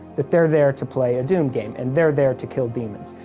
that they're there, to play a doom game, and they're there to kill demons.